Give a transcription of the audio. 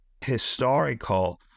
historical